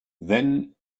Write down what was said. then